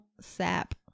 sap